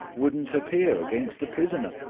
wouldn't appear against the prisoner.